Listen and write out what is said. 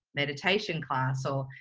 meditation class or,